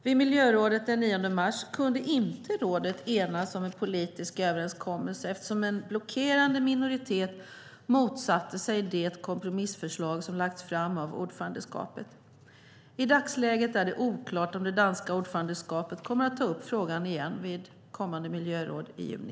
Vid miljörådet den 9 mars kunde rådet inte enas kring en politisk överenskommelse, eftersom en blockerande minoritet motsatte sig det kompromissförslag som lagts fram av ordförandeskapet. I dagsläget är det oklart om det danska ordförandeskapet kommer att ta upp frågan igen vid kommande miljöråd i juni.